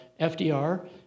FDR